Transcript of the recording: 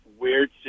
weird